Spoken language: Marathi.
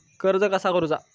कर्ज कसा करूचा?